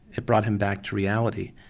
it brought him back to reality,